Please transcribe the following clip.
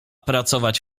pracować